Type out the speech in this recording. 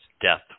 death